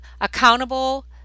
accountable